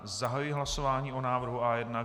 Zahajuji hlasování o návrhu A1.